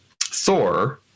Thor